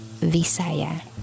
Visaya